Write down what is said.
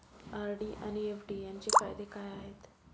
RD आणि FD यांचे फायदे काय आहेत?